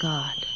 God